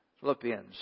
Philippians